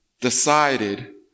decided